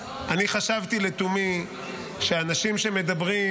אני חשבתי לתומי שאנשים שמדברים,